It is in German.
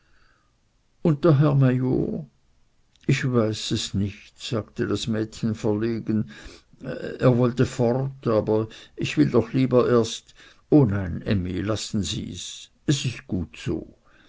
herr major ich weiß es nicht sagte das mädchen verlegen er wollte fort aber ich will doch lieber erst o nein emmy lassen sie's es ist gut so